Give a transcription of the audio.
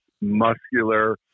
muscular